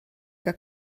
que